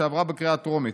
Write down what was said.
שעברה בקריאה הטרומית.